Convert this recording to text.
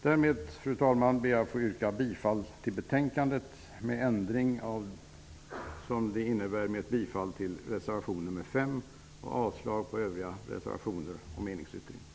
Därmed, herr talman, ber jag få yrka bifall till utskottets hemställan i betänkandet med den ändring som ett bifall av reservation 5 innebär och avslag på övriga reservationer och meningsyttringen.